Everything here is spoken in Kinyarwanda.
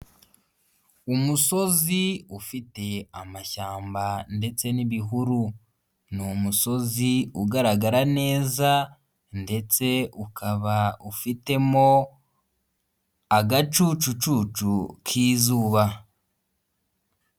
Umusozi ufite amashyamba ndetse n'ibihuru ni umusozi ugaragara neza ndetse ukaba ufitemo agacucucu k'izuba.